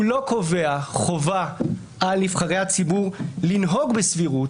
הוא לא קובע חובה על נבחרי הציבור לנהוג בסבירות,